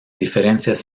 diferencias